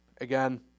again